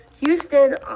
Houston